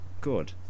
Good